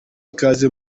ikaze